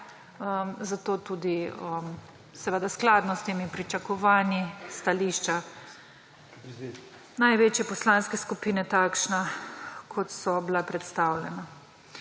zato so tudi skladno s temi pričakovanji stališča največje poslanske skupine takšna, kot so bila predstavljena.